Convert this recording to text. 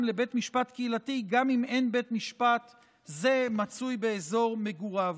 לבית משפט קהילתי גם אם אין בית משפט זה מצוי באזור מגוריו.